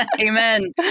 Amen